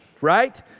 right